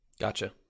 gotcha